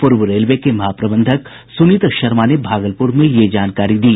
पूर्व रेलवे के महाप्रबंधक सुनीत शर्मा ने भागलप्र में यह जानकारी दी